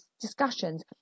discussions